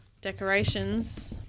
decorations